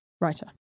writer